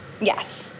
yes